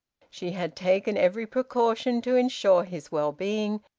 she had taken every precaution to ensure his well-being,